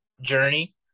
journey